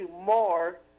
more